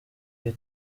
iyo